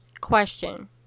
Question